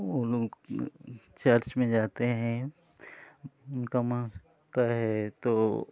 वो लोग चर्च में जाते हैं उनका मानता है तो